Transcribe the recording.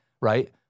right